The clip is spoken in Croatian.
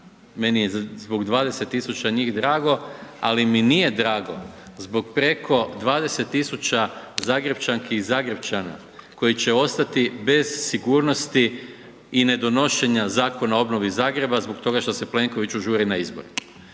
meni je zbog 20 000 njih drago ali mi nije drago zbog preko 20 000 Zagrepčanki i Zagrepčana koji će ostati bez sigurnosti i nedonošenja Zakona o obnovi Zagreba zbog toga što se Plenkoviću žuri na izbore.